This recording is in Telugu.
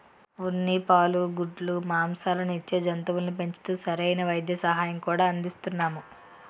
ఉన్ని, పాలు, గుడ్లు, మాంససాలను ఇచ్చే జంతువుల్ని పెంచుతూ సరైన వైద్య సహాయం కూడా అందిస్తున్నాము